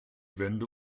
wände